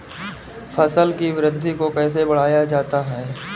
फसल की वृद्धि को कैसे बढ़ाया जाता हैं?